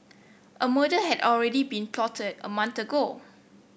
a murder had already been plotted a month ago